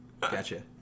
Gotcha